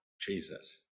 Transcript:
Jesus